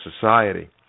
society